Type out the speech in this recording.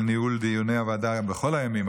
על ניהול דיוני הוועדה בכל הימים,